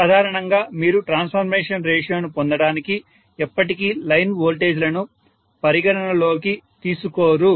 సాధారణంగా మీరు ట్రాన్స్ఫర్మేషన్ రేషియోను పొందడానికి ఎప్పటికీ లైన్ వోల్టేజ్ లను పరిగణనలోకి తీసుకోరు